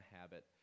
habit